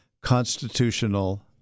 constitutional